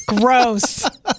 Gross